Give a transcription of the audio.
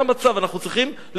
אנחנו צריכים לשבח אותם.